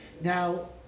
now